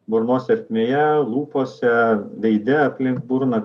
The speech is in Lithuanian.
burnos ertmėje lūpose veide aplink burną